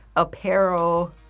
Apparel